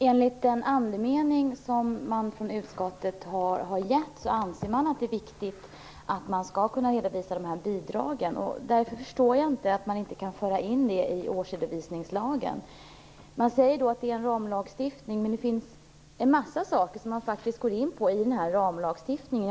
Fru talman! Andemeningen i utskottets betänkande är att det är viktigt att redovisa de här bidragen. Jag förstår därför inte varför man inte kan föra in detta i årsredovisningslagen. Det hänvisas till att det är fråga om en ramlagstiftning, men man går i ramlagstiftningen faktiskt in på en mängd saker.